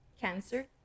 cancer